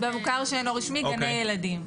במוכר שאינו רשמי, גני ילדים.